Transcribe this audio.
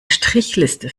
strichliste